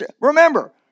Remember